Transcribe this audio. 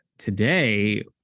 Today